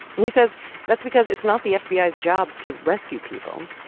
he says that's because it's not the fbi's job to rescue people.